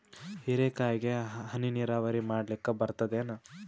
ಹೀರೆಕಾಯಿಗೆ ಹನಿ ನೀರಾವರಿ ಮಾಡ್ಲಿಕ್ ಬರ್ತದ ಏನು?